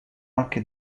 anche